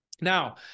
Now